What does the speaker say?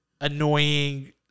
annoying